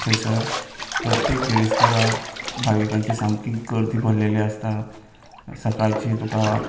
थंयसर प्रत्येक बिरेस्तारा भाविकांची सामकी गर्दी भरलेली आसता सकाळची तुका